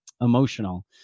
emotional